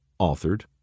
authored